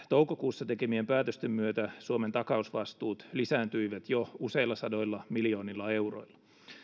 toukokuussa tekemien päätösten myötä suomen takausvastuut lisääntyivät jo useilla sadoilla miljoonilla euroilla